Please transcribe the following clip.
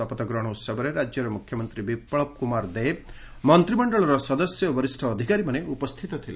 ଶପଥଗ୍ରହଣ ଉତ୍ସବରେ ରାଜ୍ୟର ମୁଖ୍ୟମନ୍ତ୍ରୀ ବିପୁବ କୁମାର ଦେବ ମନ୍ତ୍ରିମଶ୍ଡଳର ସଦସ୍ୟ ଓ ବରିଷ୍ଠ ଅଧିକାରୀମାନେ ଉପସ୍ଥିତ ଥିଲେ